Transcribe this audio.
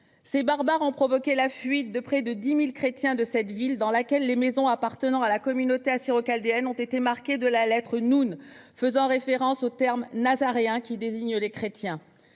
Ces barbares ont provoqué la fuite de près de 10 000 chrétiens de cette ville dans laquelle les maisons appartenant à la communauté assyro-chaldéenne ont été marquées de la lettre, en référence au terme « Nazaréen », qui désigne les chrétiens.